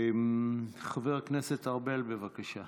חבר הכנסת ארבל, בבקשה.